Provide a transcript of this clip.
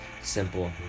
simple